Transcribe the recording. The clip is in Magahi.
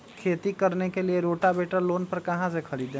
खेती करने के लिए रोटावेटर लोन पर कहाँ से खरीदे?